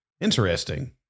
Interesting